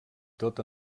tot